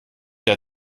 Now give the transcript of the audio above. der